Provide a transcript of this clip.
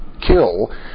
kill